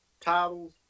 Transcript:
titles